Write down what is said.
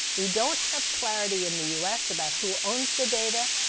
we don't have clarity in the u s. about who owns the data.